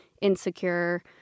insecure